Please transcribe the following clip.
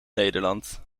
nederland